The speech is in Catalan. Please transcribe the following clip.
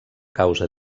causa